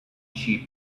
sheep